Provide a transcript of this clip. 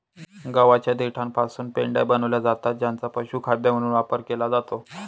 गव्हाच्या देठापासून पेंढ्या बनविल्या जातात ज्यांचा पशुखाद्य म्हणून वापर केला जातो